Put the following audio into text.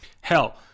Hell